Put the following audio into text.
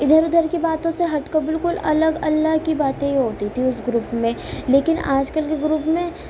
ادھر ادھر کی باتوں سے ہٹ کر بالکل الگ اللہ کی باتیں ہی ہوتی تھیں اس گروپ میں لیکن آج کل کے گروپ میں